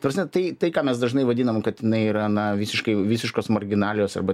ta prasme tai tai ką mes dažnai vadinam kad jinai yra na visiškai visiškos marginalijos arba